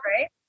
right